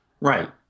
right